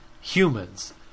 humans